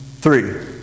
Three